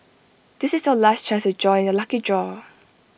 this is your last chance to join the lucky draw